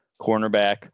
cornerback